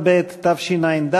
תשע"ד,